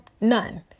None